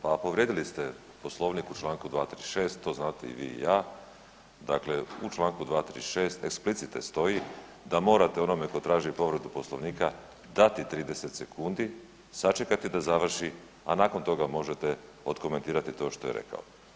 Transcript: Pa povrijedili ste Poslovnik u čl. 236. to znate i vi i ja, dakle u čl. 236. eksplicite stoji da morate onome tko traži povredu Poslovnika dati 30 sekundi, sačekati da završi, a nakon toga možete otkomentirati to što je rekao.